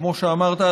כמו שאמרת,